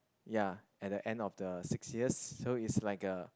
ya at the end of the six years so it's like a